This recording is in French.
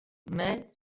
mais